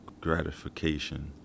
gratification